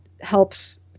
helps